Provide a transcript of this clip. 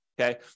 okay